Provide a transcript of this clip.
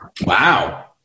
Wow